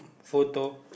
photo